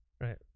right